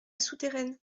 souterraine